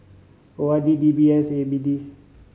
O R D D B S A P D